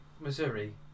Missouri